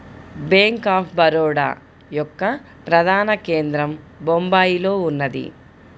bank of Baroda యొక్క ప్రధాన కేంద్రం బొంబాయిలో ఉన్నది